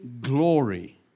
glory